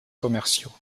commerciaux